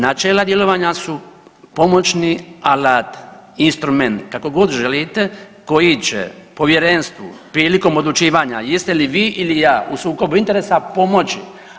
Načela djelovanja su pomoćni alat, instrument kako god želite koji će povjerenstvu prilikom odlučivanja jeste li vi ili ja u sukobu interesa pomoći.